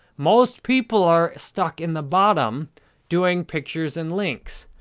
most people are stuck in the bottom doing pictures and links.